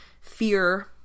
fear